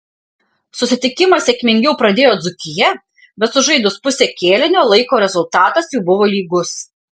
susitikimą sėkmingiau pradėjo dzūkija bet sužaidus pusę kėlinio laiko rezultatas jau buvo lygus